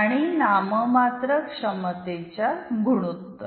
आणि नाममात्र क्षमतेच्या गुणोत्तर